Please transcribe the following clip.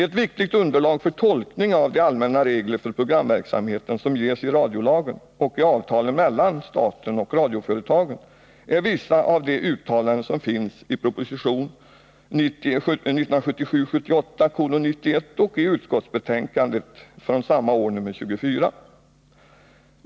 Ett viktigt underlag för tolkning av de allmänna regler för programverksamheten som ges i radiolagen och i avtalen mellan staten och radioföretagen är vissa av de uttalanden som finns i proposition 1977 78:24.